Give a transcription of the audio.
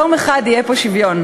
יום אחד יהיה פה שוויון"?